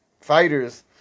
fighters